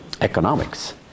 economics